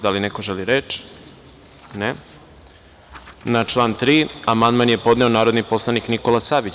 Da li neko želi reč? (Ne.) Na član 3. amandman je podneo narodni poslanik Nikola Savić.